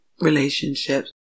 relationships